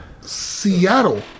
Seattle